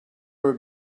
would